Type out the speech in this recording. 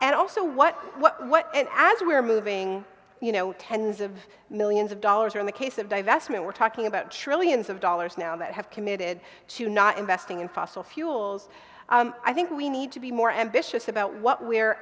and also what what and as we're moving you know tens of millions of dollars are in the case of divestment we're talking about trillions of dollars now that have committed to not investing in fossil fuels i think we need to be more ambitious about what we